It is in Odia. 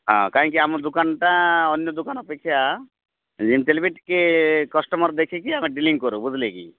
ହଁ କାହିଁକି ଆମ ଦୋକାନଟା ଅନ୍ୟ ଦୋକାନ ଅପେକ୍ଷା ଯେମିତି ହେଲେ ବି ଟିକେ କଷ୍ଟମର୍ ଦେଖିକି ଆମେ ଡିଲିଂ କରୁ ବୁଝିଲେ କି